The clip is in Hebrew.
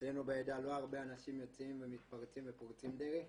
אצלנו בעדה לא הרבה אנשים יוצאים ומתפרצים ופורצים דרך.